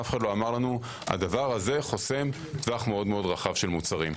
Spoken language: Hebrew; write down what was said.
אף אחד לא אמר לנו: זה חוסם טווח רחב מאוד של מוצרים.